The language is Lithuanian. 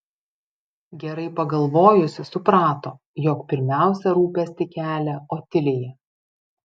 gerai pagalvojusi suprato jog pirmiausia rūpestį kelia otilija